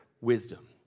wisdom